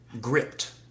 gripped